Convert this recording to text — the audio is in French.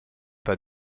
pas